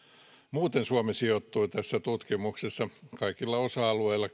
muuten suomi sijoittui tässä tutkimuksessa kaikilla osa alueilla